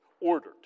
ordered